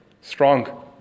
strong